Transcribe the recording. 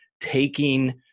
taking